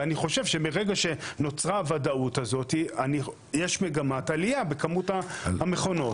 ואני חושב שברגע שנוצרה הוודאות הזאת יש מגמת עלייה בכמות המכונות.